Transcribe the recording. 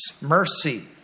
mercy